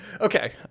okay